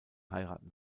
heiraten